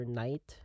night